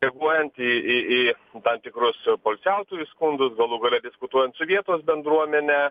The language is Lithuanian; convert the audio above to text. reaguojant į į į tam tikrus poilsiautojų skundus galų gale diskutuojant su vietos bendruomene